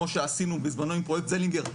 כמו שעשינו בזמנו עם פרויקט זלינגר,